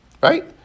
right